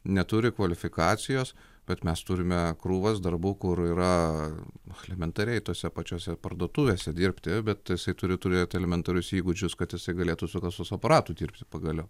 neturi kvalifikacijos bet mes turime krūvas darbų kur yra elementariai tose pačiose parduotuvėse dirbti bet jisai turi turėti elementarius įgūdžius kad jisai galėtų su kasos aparatų dirbti pagaliau